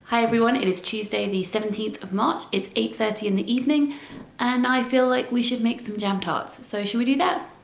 hi everyone, it is tuesday the seventeenth of march, it's eight thirty in the evening and i feel like we should make some jam tarts, so should we do? that